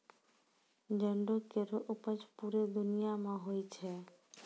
जंडो केरो उपज पूरे दुनिया म होय छै